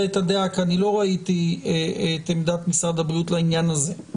את הדעה כי לא ראיתי את עמדת משרד הבריאות לעניין הזה.